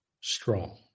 strong